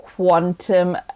quantum